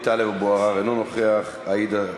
טלב אבו עראר, אינו נוכח, עאידה,